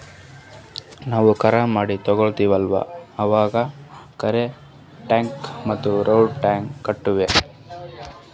ನಾವ್ ಕಾರ್, ಗಾಡಿ ತೊಗೋತೀವಲ್ಲ, ಅವಾಗ್ ಕಾರ್ ಟ್ಯಾಕ್ಸ್ ಮತ್ತ ರೋಡ್ ಟ್ಯಾಕ್ಸ್ ಕಟ್ಟತೀವಿ